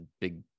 big